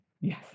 Yes